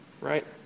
Right